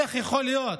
איך יכול להיות?